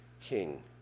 king